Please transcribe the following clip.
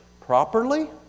properly